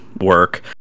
work